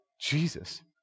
Jesus